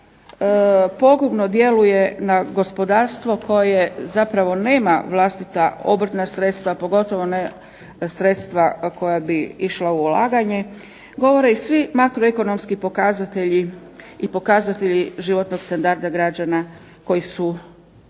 pogubno djeluje na gospodarstvo koje zapravo nema vlastita obrtna sredstva, pogotovo ne sredstva koja bi išla u ulaganje, govore i svi makroekonomski pokazatelji i pokazatelji životnog standarda građana koji su u